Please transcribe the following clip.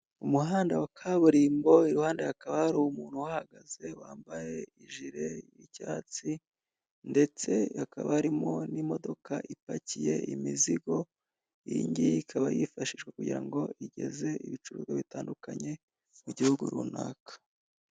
Umuhanda wa kaburimbo, iruhande hakaba hari umuntu uhahagaze wambaye jire y'icyatsi, ndetse hakaba harimo n'imodoka ipakiye imizigo, iyi ngiyi, ikaba yifashishwa kugira ngo igeze ibicuruzwa bitandukanye mu gihugu runaka.